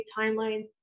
timelines